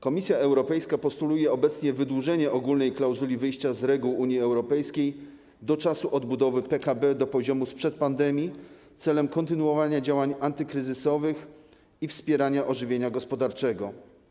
Komisja Europejska postuluje obecnie wydłużenie ogólnej klauzuli wyjścia z reguł Unii Europejskiej do czasu odbudowy PKB do poziomu sprzed pandemii, celem kontynuowania działań antykryzysowych i wspierania ożywienia gospodarczego.